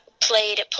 played